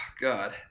God